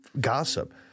gossip